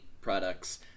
Products